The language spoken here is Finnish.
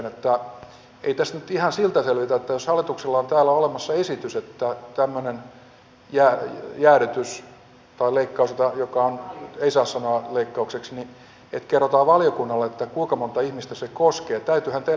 ei tästä nyt ihan sillä selvitä jos hallituksella on täällä olemassa esitys tämmöinen jäädytys tai leikkaus jota ei saa sanoa leikkaukseksi että kerrotaan valiokunnalle kuinka montaa ihmistä se koskee